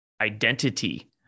identity